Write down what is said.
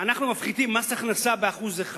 אנחנו מפחיתים מס הכנסה ב-1%,